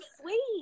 sweet